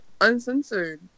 uncensored